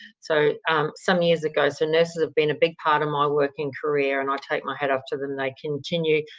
so some years ago, so nurses have been a big part of my working career and i take my hat off to them. they continue,